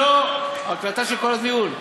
לא, זה הקלטה של כל הדיון.